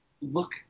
look